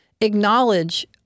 acknowledge